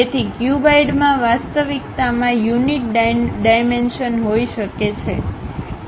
તેથી ક્યુબઇડમાં વાસ્તવિકતામાં યુનિટ ડાઇમેન્શન હોઈ શકે છે